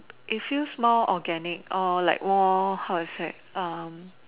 it feels more organic or like more how I say um